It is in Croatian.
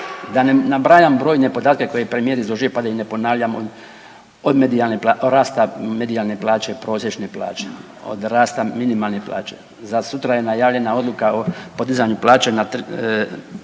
da ne nabrajam brojne podatke koje je premijer izložio pa da ih ne ponavljam od rasta medijalne plaće, prosječne plaće, od rasta minimalnih plaća. Za sutra je najavljena odluka o podizanju plaće na,